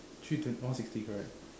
three twenty one sixty correct